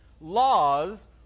laws